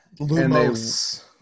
Lumos